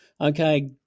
Okay